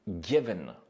given